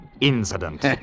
incident